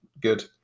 good